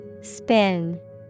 Spin